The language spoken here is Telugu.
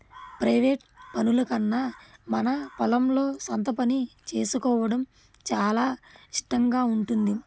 ప్రైవేట్ పనుల కన్నా మన పొలంలో సొంత పని చేసుకోవడం చాలా ఇష్టంగా ఉంటుంది